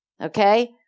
Okay